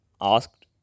asked